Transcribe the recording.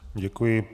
Děkuji.